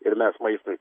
ir mes maistui